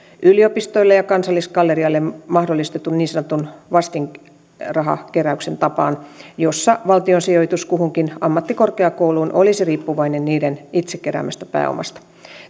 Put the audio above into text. yliopistoille ja kansallisgallerialle mahdollistetun niin sanotun vastinrahakeräyksen tapaan jossa valtion sijoitus kuhunkin ammattikorkeakouluun olisi riippuvainen niiden itse keräämästä pääomasta